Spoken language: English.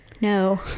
No